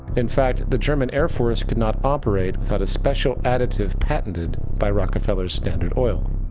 in fact the german air force could not operate without a special additive pattented by rockefeller's standard oil.